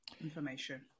information